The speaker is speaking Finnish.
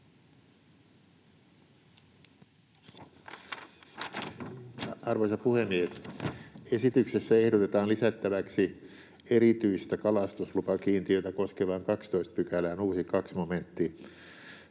Arvoisa puhemies! Esityksessä ehdotetaan lisättäväksi erityistä kalastuslupakiintiötä koskevaan 12 §:ään uusi 2 momentti,